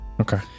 Okay